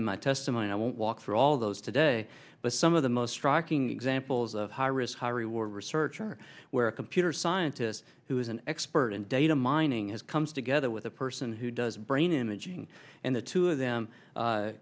in my testimony i won't walk through all of those today but some of the most striking examples of high risk high reward research are where a computer scientist who is an expert in data mining has comes together with a person who does brain imaging and the two of them